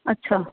ਅੱਛਾ